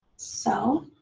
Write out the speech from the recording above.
so